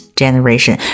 generation